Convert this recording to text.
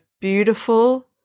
beautiful